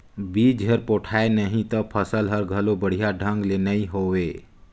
बिज हर पोठाय नही त फसल हर घलो बड़िया ढंग ले नइ होवे